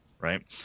right